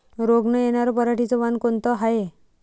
रोग न येनार पराटीचं वान कोनतं हाये?